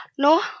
No